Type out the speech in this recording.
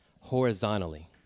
horizontally